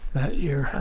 that year.